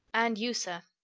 and you, sir.